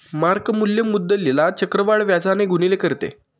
mark मूल्य मुद्दलीला चक्रवाढ व्याजाने गुणिले करते